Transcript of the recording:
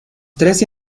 trece